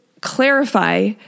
clarify